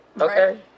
Okay